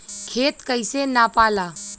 खेत कैसे नपाला?